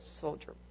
soldier